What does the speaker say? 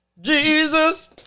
Jesus